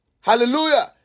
Hallelujah